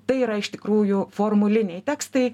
tai yra iš tikrųjų formuliniai tekstai